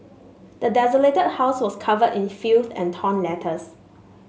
the desolated house was covered in filth and torn letters